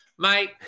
Mate